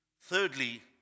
Thirdly